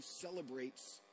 celebrates